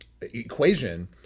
equation